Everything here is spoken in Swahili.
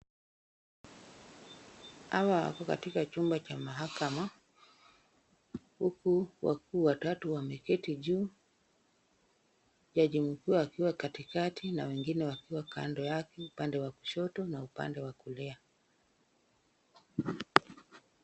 Hawa wako katika chumba cha mahakama, huku wakuu watatu wameketi juu, jaji mkuu akiwa katikati na wengine wakiwa kando yake upande wa kushoto na upande wa kulia.